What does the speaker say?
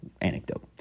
anecdote